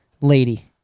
lady